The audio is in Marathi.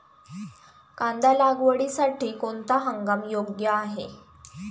कांदा लागवडीसाठी कोणता हंगाम योग्य आहे?